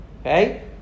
Okay